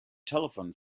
telephone